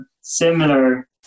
similar